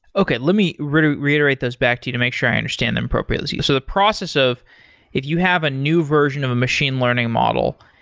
okay. let me reiterate reiterate those back to you to make sure i understand them appropriately. so the process of if you have a new version of a machine learning model,